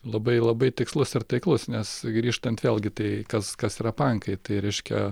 labai labai tikslus ir taiklus nes grįžtant vėlgi tai kas kas yra pankai tai reiškia